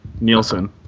Nielsen